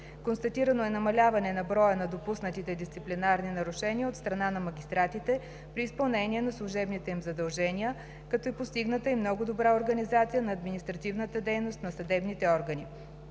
Констатирано е намаляване на броя на допуснатите дисциплинарни нарушения от страна на магистратите при изпълнение на служебните им задължения, като е постигната и много добра организация на административната дейност на съдебните органи.